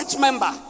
member